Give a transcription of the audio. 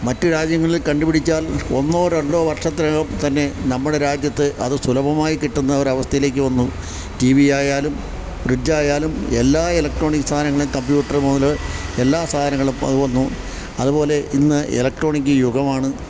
മറ്റു രാജ്യങ്ങളിൽ കണ്ടുപിടിച്ചാൽ ഒന്നോ രണ്ടോ വർഷത്തിനകം തന്നെ നമ്മുടെ രാജ്യത്ത് അതു സുലഭമായി കിട്ടുന്ന ഒരവസ്ഥയിലേക്കു വന്നു ടി വി ആയാലും ഫ്രിഡ്ജായാലും എല്ലാ ഇലക്ട്രോണിക് സാധനങ്ങളും കമ്പ്യൂട്ടര് മുതല് എല്ലാ സാധനങ്ങളും അതു വന്നു അതുപോലെ ഇന്ന് ഇലക്ട്രോണിക് യുഗമാണ്